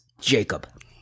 Jacob